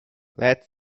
let